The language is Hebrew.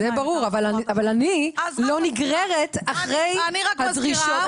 זה ברור, אבל אני לא נגררת אחרי הדרישות.